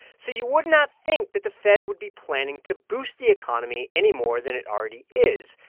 so you would not think that the fed would be planning to boost the economy any more than it already is.